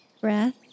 breath